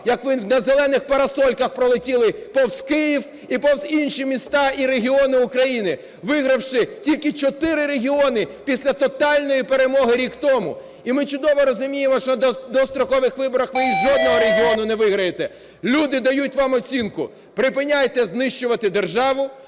як ви "на зелених парасольках пролетіли" повз Київ і повз інші міста і регіони України, вигравши тільки 4 регіони після тотальної перемоги рік тому. І ми чудово розуміємо, що на дострокових виборах ви жодного регіону не виграєте. Люди дають вам оцінку. Припиняйте знищувати державу.